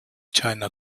china